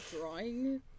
drawing